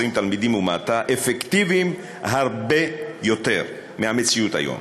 תלמידים ומטה אפקטיביים הרבה יותר מהמציאות היום.